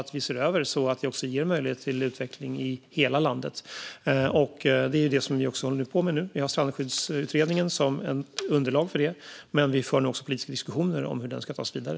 Det ska ge möjlighet till utveckling i hela landet, och det är vad vi håller på med nu. Strandskyddsutredningen utgör underlag, men vi för också politiska diskussioner om hur den ska tas vidare.